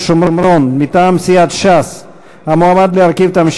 שדוגלת בפתרון שתי מדינות לשני עמים מימים ימימה.